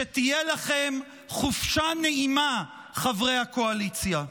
שתהיה לכם חופשה נעימה, חברי הקואליציה.